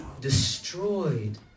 destroyed